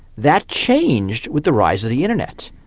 that changed with the rise of the internet.